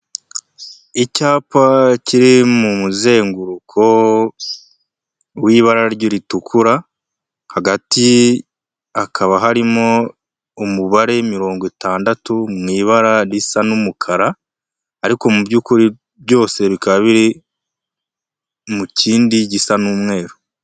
Icyapa kiri mu muzenguruko w'ibara ritukura, hagati hakaba harimo umubare mirongo itandatu, mu ibara risa n'umukara, ariko mu byukuri byose bikaba biri mu kindi gisa n'umweru.